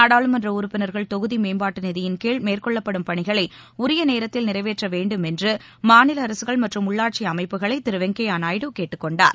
நாடாளுமன்ற உறுப்பினர்கள் தொகுதி மேம்பாட்டு நிதியின் கீழ் மேற்கொள்ளப்படும் பணிகளை உரிய நேரத்தில் நிறைவேற்ற வேண்டும் என்று மாநில அரக்கள் மற்றும் உள்ளாட்சி அமைப்புகளை திரு வெங்கையா நாயுடு கேட்டுக்கொண்டார்